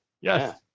Yes